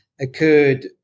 occurred